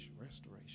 Restoration